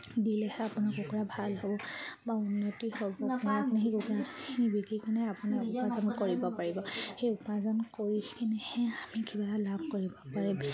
দিলেহে আপোনাৰ কুকুৰা ভাল হ'ব বা উন্নতি হ'ব আপোনাৰ সেই কুকুৰাখিন বিকি কিনে আপোনাৰ উপাৰ্জন কৰিব পাৰিব সেই উপাৰ্জন কৰি কিনেহে আমি কিবা লাভ কৰিব পাৰিম